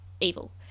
evil